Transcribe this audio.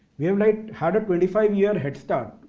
we've like had a twenty five year head start.